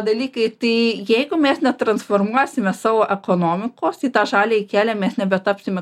dalykai tai jeigu mes netransformuosime savo ekonomikos į tą žaliąjį kelią mes nebetapsim